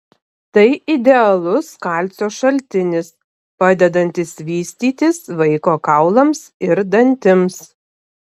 tai idealus kalcio šaltinis padedantis vystytis vaiko kaulams ir dantims